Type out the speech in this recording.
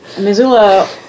Missoula